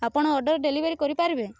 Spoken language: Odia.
ଆପଣ ଅର୍ଡ଼ର ଡେଲିଭେରୀ କରିପାରିବେ